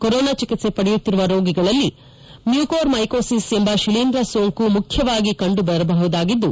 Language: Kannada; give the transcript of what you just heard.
ಕೊರೋನಾ ಚಿಕಿತ್ವೆ ಪಡೆಯುತ್ತಿರುವ ರೋಗಿಗಳಲ್ಲಿ ಮ್ಯೂಕೋರ್ಮ್ಗೆಕೋಸಿಸ್ ಎಂಬ ಶಿಲೀಂಧ್ರ ಸೋಂಕು ಮುಖ್ಯವಾಗಿ ಕಂಡು ಬರಬಹುದಾಗಿದ್ದು